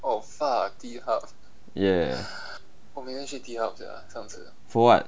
ya for what